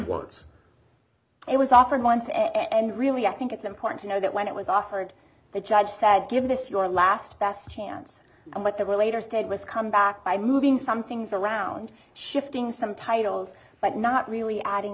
once it was offered once and really i think it's important to know that when it was offered the judge said give this your last best chance and what they were later stated was come back by moving some things around shifting some titles but not really adding